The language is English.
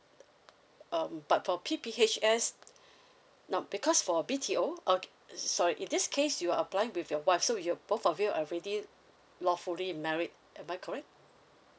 um but for P P H S now because for B T O uh sorry in this case you are applying with your wife so you're both of you are already lawfully married am I correct